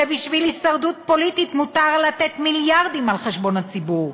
שבשביל הישרדות פוליטית מותר לתת מיליארדים על חשבון הציבור.